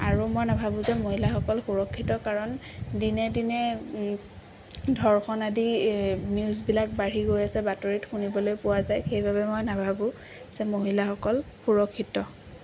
আৰু মই নাভাবোঁ যে মহিলাসকল সুৰক্ষিত কাৰণ দিনে দিনে ধৰ্ষণ আদি নিউজবিলাক বাঢ়ি গৈ আছে বাতৰিত শুনিবলৈ পোৱা যায় সেইবাবে মই নাভাবোঁ যে মহিলাসকল সুৰক্ষিত